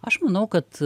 aš manau kad